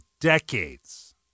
decades